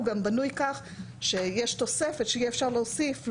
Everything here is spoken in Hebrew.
הוא גם בנוי כך שיש תוספת שאפשר יהיה להוסיף.